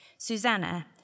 Susanna